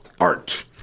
art